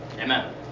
Amen